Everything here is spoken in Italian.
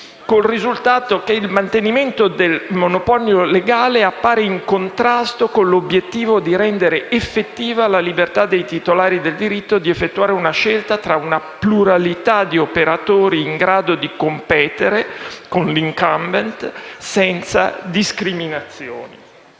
utilizzatori. Il mantenimento del monopolio legale appare, infatti, in contrasto con l'obiettivo di rendere effettiva la libertà dei titolari del diritto di effettuare una scelta tra una pluralità di operatori in grado di competere con l'*incumbent* senza discriminazioni».